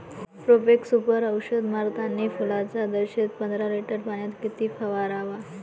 Profex Super औषध मारतानी फुलाच्या दशेत पंदरा लिटर पाण्यात किती फवाराव?